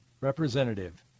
representative